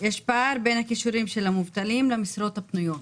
יש פער בין הכישורים של המובטלים למשרות הפנויות.